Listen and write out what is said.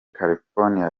california